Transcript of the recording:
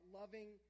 loving